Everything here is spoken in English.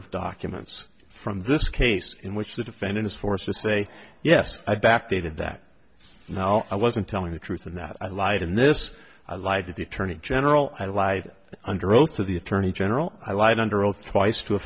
of documents from this case in which the defendant is forced to say yes i back dated that now i wasn't telling the truth and that i lied in this i lied to the attorney general i lied under oath to the attorney general i lied under oath twice to a